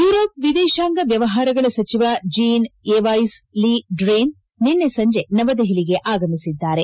Europe ವಿದೇಶಾಂಗ ವ್ಯವಹಾರಗಳ ಸಚಿವ ಜೀನ್ ಯೆವ್ಯೆಸ್ ಲಿ ಡ್ರೇನ್ ನಿನ್ನೆ ಸಂಜೆ ನವದೆಹಲಿಗೆ ಆಗಮಿಸಿದ್ದಾರೆ